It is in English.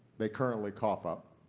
they currently cough up.